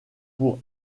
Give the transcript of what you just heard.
pour